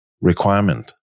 requirement